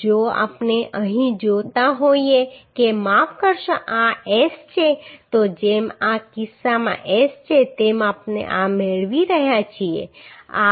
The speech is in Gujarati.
જો અહીં જોતા હોઈએ કે માફ કરશો આ S છે તો જેમ આ કિસ્સામાં S છે તેમ આપણે આ મેળવી રહ્યા છીએ આ આ આ